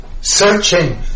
searching